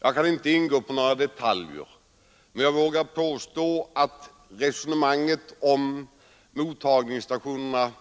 Jag kan inte ingå på några detaljer, men jag vågar påstå att 105 resonemanget om mottagningsstationerna